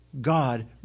God